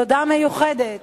תודה מיוחדת